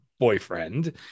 boyfriend